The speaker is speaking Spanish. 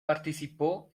participó